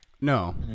No